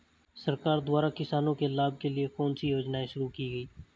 सरकार द्वारा किसानों के लाभ के लिए कौन सी योजनाएँ शुरू की गईं?